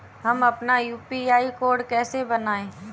हम अपना UPI code कैसे बनाएँ?